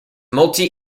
multi